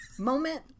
Moment